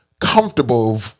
comfortable